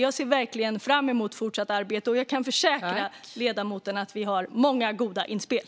Jag ser verkligen fram emot vårt fortsatta arbete och kan försäkra ledamoten om att vi har många goda inspel.